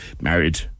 married